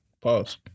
Pause